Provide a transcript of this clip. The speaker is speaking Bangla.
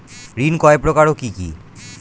ঋণ কয় প্রকার ও কি কি?